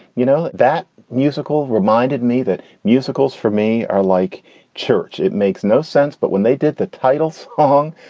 you know, that musical reminded me that musicals for me are like church. it makes no sense. but when they did the title song,